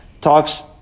talks